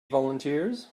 volunteers